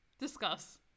discuss